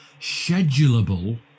schedulable